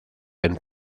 and